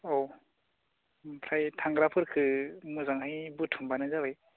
औ ओमफ्राय थांग्राफोरखौ मोजांहाय बुथुमबानो जाबाय